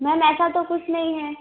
ma'am ऐसा तो कुछ नहीं है